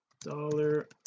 dollar